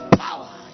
power